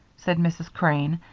said mrs. crane,